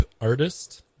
artist